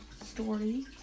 story